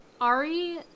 Ari